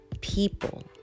people